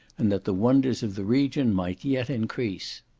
and that the wonders of the region might yet increase.